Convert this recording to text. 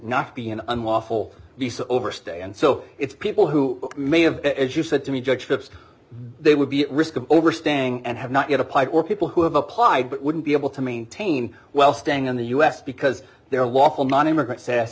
not be an unlawful overstay and so it's people who may have as you said to me judgeships they would be at risk of overstaying and have not yet applied or people who have applied but wouldn't be able to maintain while staying in the us because their lawful nonimmigrant s